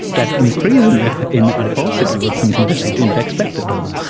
that increase in adiposity was something that we didn't expect at all.